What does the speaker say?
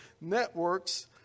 networks